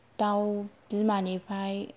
दाउ बिमानिफ्राय